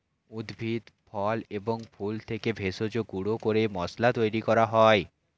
উদ্ভিদ, ফল এবং ফুল থেকে ভেষজ গুঁড়ো করে মশলা তৈরি করা হয়